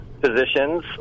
positions